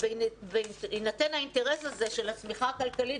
בהינתן האינטרס הזה של הצמיחה הכלכלית